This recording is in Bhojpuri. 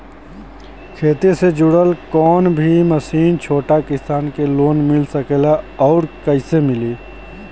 खेती से जुड़ल कौन भी मशीन छोटा किसान के लोन मिल सकेला और कइसे मिली?